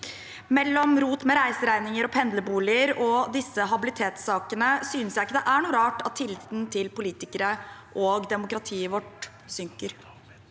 Mellom rot med reiseregninger og pendlerboliger og disse habilitetssakene synes jeg ikke det er noe rart at tilliten til politikere og demokratiet vårt synker.